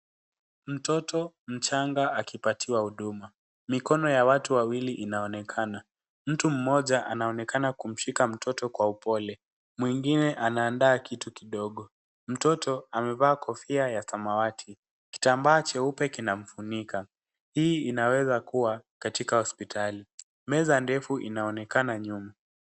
Mtoto mchanga akipatiwa huduma, mikono ya watu wawili inaonekana, mtu mmoja anaonekana kumshika mtoto kwa upole, mwingine anaandaa kitu kidogo. Mtoto amevaa kofia ya samwati, kitambaa cheupe kinafunika. Hii inaweza kuwa katika hospitali. Meza ndefu inaonekana nyuma.